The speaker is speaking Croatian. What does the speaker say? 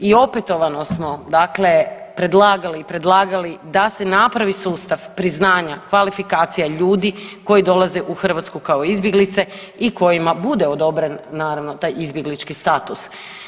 I opetovano smo dakle predlagali i predlagali da se napravi sustav priznanja kvalifikacija ljudi koji dolaze u Hrvatsku kao izbjeglice i kojima bude odobren naravno taj izbjeglički status.